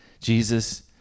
Jesus